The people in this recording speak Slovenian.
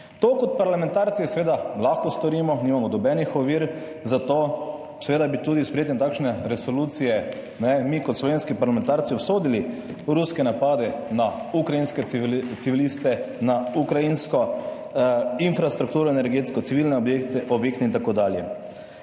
To kot parlamentarci seveda lahko storimo, nimamo nobenih ovir za to, seveda bi tudi s sprejetjem takšne resolucije mi kot slovenski parlamentarci obsodili ruske napade na ukrajinske civiliste, na ukrajinsko infrastrukturo, energetsko civilne objekte, objekte in tako dalje.